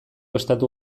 estatu